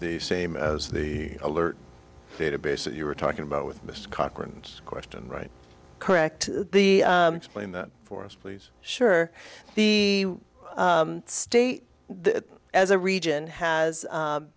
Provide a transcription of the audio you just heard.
the same as the alert database that you were talking about with this conference question right correct the explain that for us please sure the state as a region has